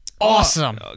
Awesome